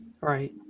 Right